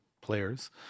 players